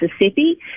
mississippi